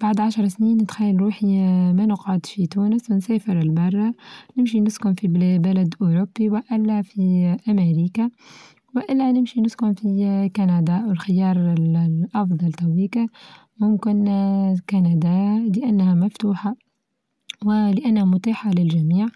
بعد عشر سنين نتخيل روحي ما نقعد في تونس ونسافر لبرا نمشي نسكن في بلا بلد أوروبي وإلا في أمريكا وإلا نمشي نسكن في كندا الخيار الأفضل كوليكا ممكن آآ كندا لأنها مفتوحة ولأنها متاحة للچميع